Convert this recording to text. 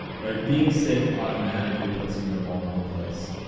right. being sick automatically puts you in a vulnerable place.